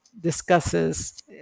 discusses